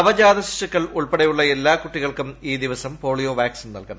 നവജാത ശിശുക്കൾ ഉൾപ്പെടെയുളള എല്ലാ കുട്ടികൾക്കും ഈ ദിവസം പോളിയോ വാക്സിൻ നൽകണം